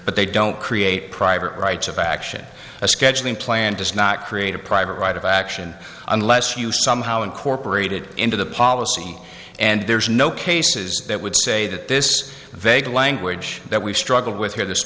but they don't create private rights of action a scheduling plan does not create a private right of action unless you somehow incorporated into the policy and there's no cases that would say that this vague language that we've struggled